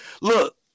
Look